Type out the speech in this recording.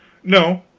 no,